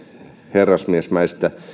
herrasmiesmäistä